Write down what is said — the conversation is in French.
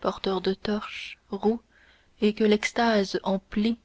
porteurs de torches roux et que l'extase emplit